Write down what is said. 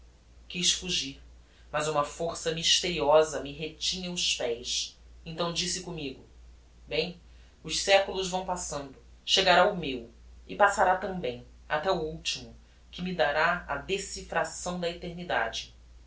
quiz fugir mas uma força mysteriosa me retinha os pés então disse commigo bem os seculos vão passando chegará o meu e passará tambem até o ultimo que me dará a decifração da eternidade